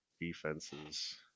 defenses